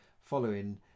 following